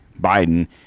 Biden